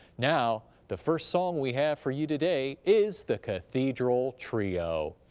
now the first song we have for you today is the cathedral trio,